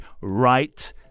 right